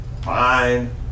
Fine